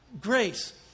grace